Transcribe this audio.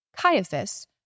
Caiaphas